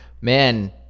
Man